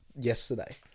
yesterday